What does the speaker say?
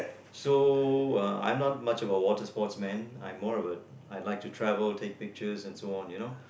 so uh I'm not much of a water sportsman I'm more of a I like to travel take pictures and so on you know